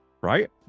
right